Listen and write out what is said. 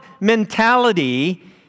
mentality